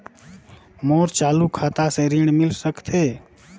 मोर चालू खाता से ऋण मिल सकथे?